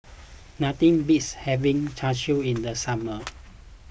nothing beats having Char Siu in the summer